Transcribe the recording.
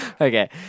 Okay